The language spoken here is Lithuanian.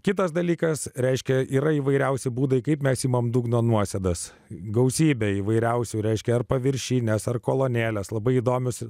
kitas dalykas reiškia yra įvairiausi būdai kaip mes imame dugno nuosėdas gausybę įvairiausių reiškia ar paviršiai nes ar kolonėlės labai įdomios ir